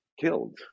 killed